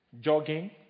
jogging